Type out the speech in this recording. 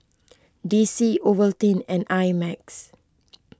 D C Ovaltine and I Max